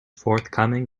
forthcoming